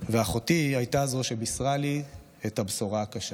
ואחותי הייתה זו שבישרה לי את הבשורה הקשה.